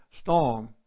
storm